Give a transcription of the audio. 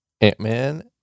ant-man